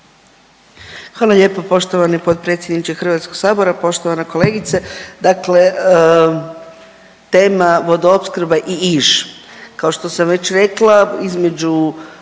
Hvala lijepo. Poštovani potpredsjedniče HS-a, poštovana kolegice. Dakle, tema vodoopskrba i Iž, kao što sam već rekla između